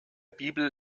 bibel